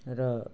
र